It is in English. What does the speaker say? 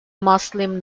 muslim